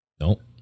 Nope